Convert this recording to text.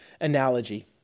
analogy